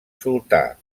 sultà